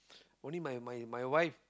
only my my my wife